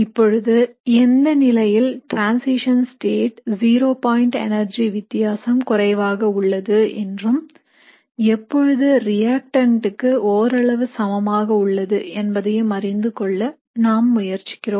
இப்பொழுது எந்த நிலையில் transition state zero point energy வித்தியாசம் குறைவாக உள்ளது என்றும் எப்பொழுது reactant க்கு ஓரளவு சமமாக உள்ளது என்பதையும் அறிந்துகொள்ள நாம் முயற்சிக்கிறோம்